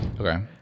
Okay